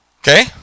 okay